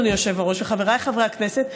אדוני היושב-ראש וחבריי חברי הכנסת,